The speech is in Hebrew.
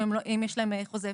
אם יש להם חוזה הפסד.